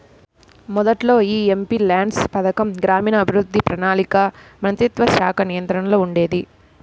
మొదట్లో యీ ఎంపీల్యాడ్స్ పథకం గ్రామీణాభివృద్ధి, ప్రణాళికా మంత్రిత్వశాఖ నియంత్రణలో ఉండేది